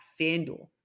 FanDuel